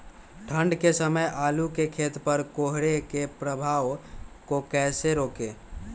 ठंढ के समय आलू के खेत पर कोहरे के प्रभाव को कैसे रोके?